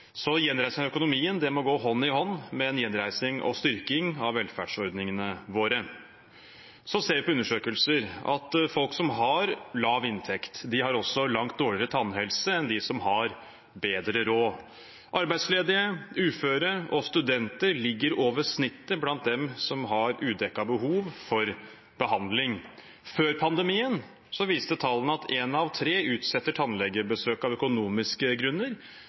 Så gjenreisingen av økonomien må gå hånd i hånd med en gjenreising – og styrking – av velferdsordningene våre. Så ser vi fra undersøkelser at folk som har lav inntekt, også har langt dårligere tannhelse enn dem som har bedre råd. Arbeidsledige, uføre og studenter ligger over snittet blant dem som har udekkede behov for behandling. Før pandemien viste tallene av en av tre utsetter tannlegebesøket av økonomiske grunner.